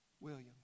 William